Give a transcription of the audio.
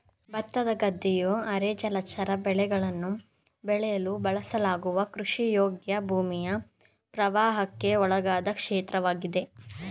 ಭತ್ತದ ಗದ್ದೆಯು ಅರೆ ಜಲಚರ ಬೆಳೆಗಳನ್ನು ಬೆಳೆಯಲು ಬಳಸಲಾಗುವ ಕೃಷಿಯೋಗ್ಯ ಭೂಮಿಯ ಪ್ರವಾಹಕ್ಕೆ ಒಳಗಾದ ಕ್ಷೇತ್ರವಾಗಿದೆ